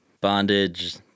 Bondage